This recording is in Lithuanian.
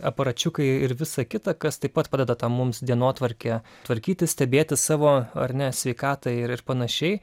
aparačiukai ir visa kita kas taip pat padeda tą mums dienotvarkę tvarkytis stebėti savo ar ne sveikatą ir ir panašiai